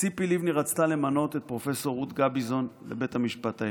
ציפי לבני רצתה למנות את פרופ' רות גביזון לבית המשפט העליון.